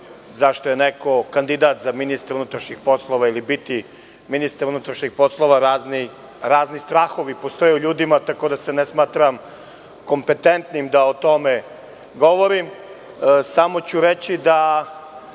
zašto je neko kandidat za ministra unutrašnjih poslova, ili biti ministar unutrašnjih poslova. Razni strahovi postoje u ljudima, tako da se ne smatram kompetentnim da o tome govorim. Samo ću reći da